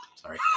Sorry